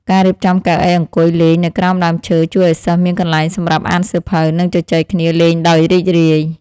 ការរៀបចំកៅអីអង្គុយលេងនៅក្រោមដើមឈើជួយឱ្យសិស្សមានកន្លែងសម្រាប់អានសៀវភៅ និងជជែកគ្នាលេងដោយរីករាយ។